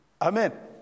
Amen